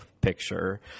picture